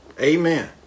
Amen